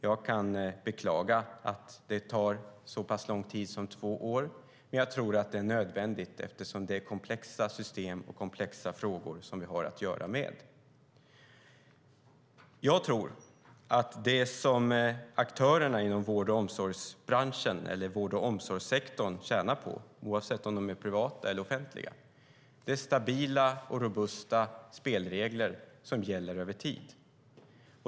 Jag kan beklaga att det tar så pass lång tid som två år, men jag tror att det är nödvändigt eftersom det är fråga om komplexa system och frågor. Jag tror att det som aktörerna inom vård och omsorgssektorn tjänar på, oavsett om de är privata eller offentliga, är stabila och robusta spelregler som gäller över tid.